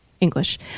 English